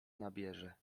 nabierze